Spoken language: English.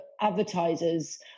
advertisers